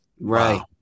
Right